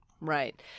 Right